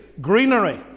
greenery